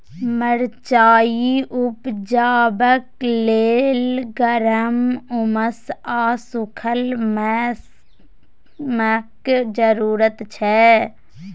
मरचाइ उपजेबाक लेल गर्म, उम्मस आ सुखल मौसमक जरुरत छै